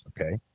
okay